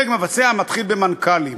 ודרג מבצע מתחיל במנכ"לים.